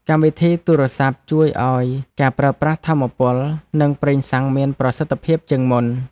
កម្មវិធីទូរសព្ទជួយឱ្យការប្រើប្រាស់ថាមពល និងប្រេងសាំងមានប្រសិទ្ធភាពជាងមុន។